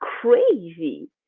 crazy